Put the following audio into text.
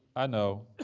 i know.